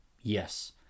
Yes